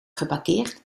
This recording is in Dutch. geparkeerd